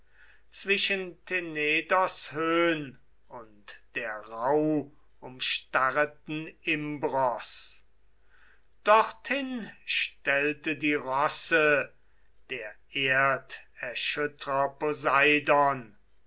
zwischen tenedos höhn und der rauhumstarreten imbros dorthin stellte die rosse der erderschüttrer